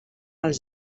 els